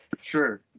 Sure